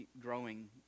growing